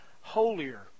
holier